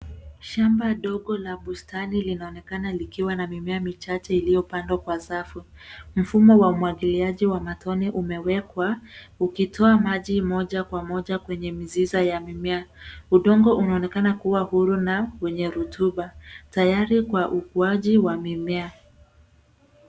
Shamba dogo la bustani linaonekana likiwa na mimea michache iliyopandwa kwa safu. Mfumo wa umwagiliaji wa matone umewekwa, ukitoa maji moja kwa moja kwenye mzizi ya mimea. Udongo unaonekana kuwa huru na wenye rutuba, tayari kwa ukuaji wa mimea.